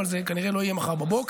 אבל זה כנראה לא יהיה מחר בבוקר.